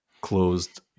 closed